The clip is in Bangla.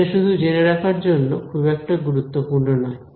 এটা শুধু জেনে রাখার জন্য খুব একটা গুরুত্বপূর্ণ নয়